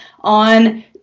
on